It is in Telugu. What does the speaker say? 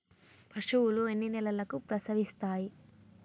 పశువులు ఎన్ని నెలలకు ప్రసవిస్తాయి?